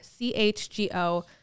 CHGO